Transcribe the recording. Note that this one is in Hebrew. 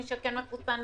כן מחוסן,